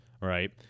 right